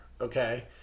Okay